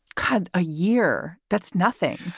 could a year. that's nothing.